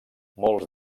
molts